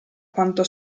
quanto